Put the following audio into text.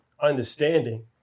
understanding